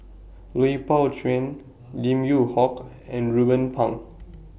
Lui Pao Chuen Lim Yew Hock and Ruben Pang